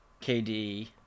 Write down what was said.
KD